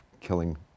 killing